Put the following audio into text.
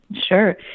Sure